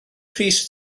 pris